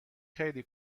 خیلی